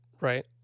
Right